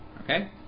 okay